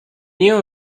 you